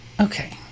Okay